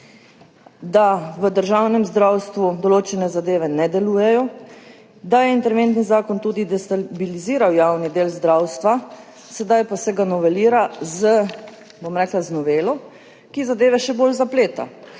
da v državnem zdravstvu določene zadeve ne delujejo, da je interventni zakon tudi destabiliziral javni del zdravstva, sedaj pa se ga novelira, bom rekla, z novelo, ki zadeve še bolj zapleta.